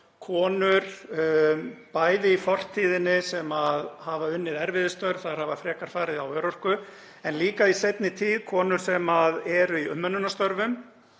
konur í fortíðinni sem hafa unnið erfiðisstörf hafa frekar farið á örorku og í seinni tíð eru konur sem eru í umönnunarstörfum,